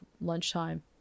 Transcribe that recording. lunchtime